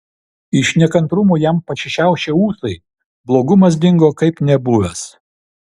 iš nekantrumo jam pasišiaušė ūsai blogumas dingo kaip nebuvęs